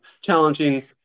challenging